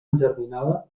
enjardinada